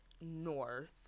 North